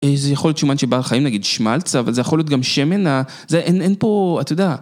זה יכול להיות שומן של בעל חיים נגיד שמלץ, אבל זה יכול להיות גם שמן, זה אין פה אתה יודע.